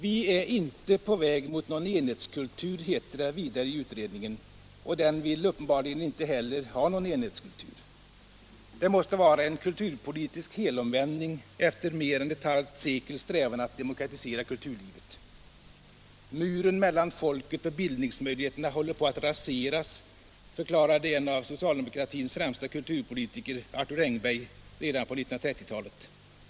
Vi är inte på väg mot någon enhetskultur, heter det vidare i utredningen, och den vill uppenbarligen inte heller ha någon enhetskultur. Det måste vara en kulturpolitisk helomvändning efter mer än ett halvt sekels strävan att demokratisera kulturlivet. ”Muren mellan folket och bildningsmöjligheterna håller på att raseras”, förklarade en av socialdemokratins främsta kulturpolitiker, Arthur Engberg, redan på 1930-talet.